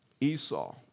Esau